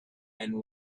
and